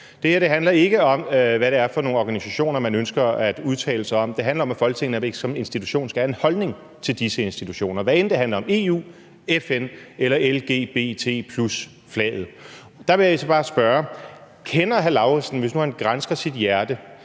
Det her handler ikke om, hvad det er for nogle organisationer, man ønsker at udtale sig om. Det handler om, at Folketinget slet ikke som institution skal have en holdning til disse institutioner, hvad enten det handler om EU, FN eller lgbt+-flaget. Der vil jeg altså bare spørge: Kender hr. Karsten Lauritzen – hvis han nu gransker sit hjerte